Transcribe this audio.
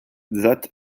that